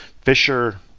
fisher